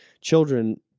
children